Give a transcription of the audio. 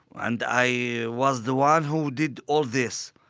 and i was the one who did all this,